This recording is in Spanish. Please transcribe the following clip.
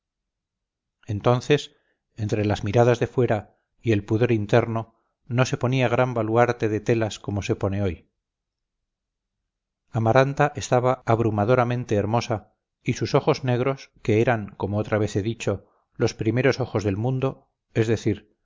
entonces entre las miradas de fuera y el pudor interno no se ponía tan gran baluarte de telas como se pone hoy amaranta estaba abrumadoramente hermosa y sus ojos negros que eran como otra vez he dicho los primeros ojos del mundo es decir